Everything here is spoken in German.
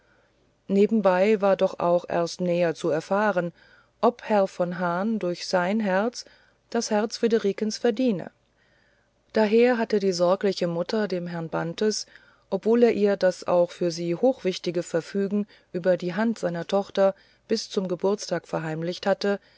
nebenbei war doch auch erst näher zu erfahren ob herr von hahn durch sein herz das herz friederikens verdiene daher hatte die sorgliche mutter dem herrn bantes obwohl er ihr das auch für sie hochwichtige verfügen über die hand seiner tochter bis zum geburtstage verheimlicht hatte